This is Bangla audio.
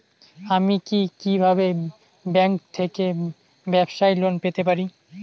আমি কি কিভাবে ব্যাংক থেকে ব্যবসায়ী লোন পেতে পারি?